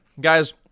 guys